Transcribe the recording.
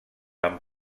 amb